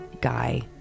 guy